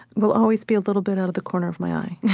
will always be a little bit out of the corner of my eye,